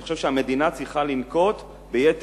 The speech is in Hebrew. אני חושב שהמדינה צריכה לנקוט ענישה חמורה יותר,